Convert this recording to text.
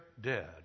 dead